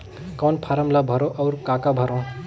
कौन फारम ला भरो और काका भरो?